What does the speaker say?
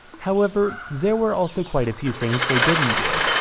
however there were also quite a few things they didn't do,